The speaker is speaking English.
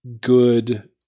good